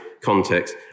context